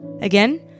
Again